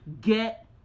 Get